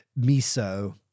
miso